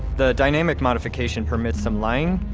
the dynamic modification permits some lying,